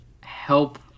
help